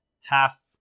half